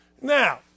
Now